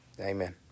Amen